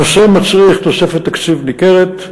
הנושא מצריך תוספת תקציב ניכרת,